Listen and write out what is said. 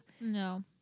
no